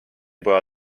poja